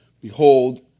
Behold